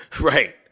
Right